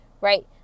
Right